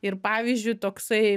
ir pavyzdžiui toksai